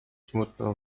smutną